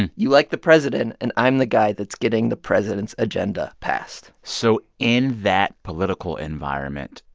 and you like the president. and i'm the guy that's getting the president's agenda passed so in that political environment,